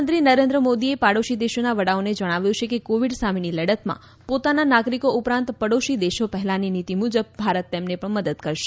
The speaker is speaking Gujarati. પ્રધાનમંત્રી નરેન્દ્ર મોદીએ પાડોશી દેશોના વડાઓને જણાવ્યું છે કે કોવીડ સામેની લડતમાં પોતાના નાગરિકો ઉપરાંત પાડોશી દેશો પહેલાની નીતિ મુજબ ભારત તેમને પણ મદદ કરશે